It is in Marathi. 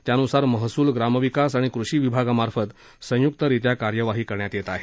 त्यानुसार महसूल ग्रामविकास आणि कृषि विभागामार्फत संय्क्तरित्या कार्यवाही करण्यात येत आहे